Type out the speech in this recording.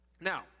Now